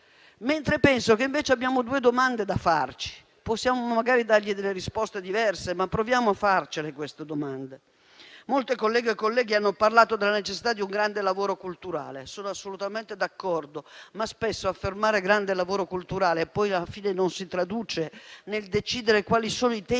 Penso invece che abbiamo due domande da farci; possiamo magari dare delle risposte diverse, ma proviamo a porci queste domande. Molte colleghe e colleghi hanno parlato della necessità di un grande lavoro culturale: sono assolutamente d'accordo, ma spesso si parla di grande lavoro culturale senza che ciò si traduca in una decisione su quali siano i temi